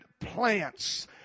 plants